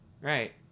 Right